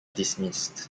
dismissed